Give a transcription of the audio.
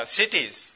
cities